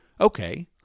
Okay